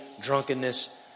drunkenness